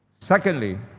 secondly